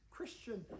Christian